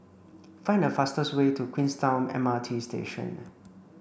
find the fastest way to Queenstown M R T Station